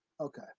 Okay